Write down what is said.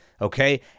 Okay